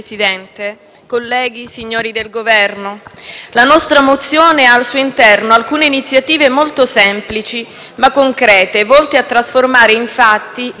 la nostra mozione ha al suo interno alcune iniziative molto semplici, ma concrete, volte a trasformare in fatti le tante parole che abbiamo ascoltato in questi giorni.